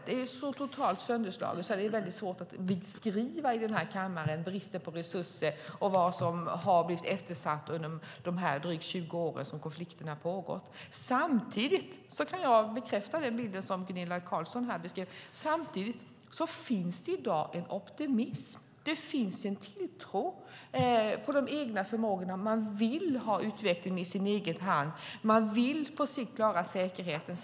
Landet är totalt sönderslaget, och det är mycket svårt att i denna kammare beskriva bristen på resurser och vad som har blivit eftersatt under dessa drygt 20 år som konflikten har pågått. Samtidigt kan jag bekräfta den bild som Gunilla Carlsson här beskrev om att det i dag finns en optimism och en tilltro till de egna förmågorna. Man vill ha utvecklingen i sin egen hand, och man vill på sikt klara säkerheten.